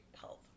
health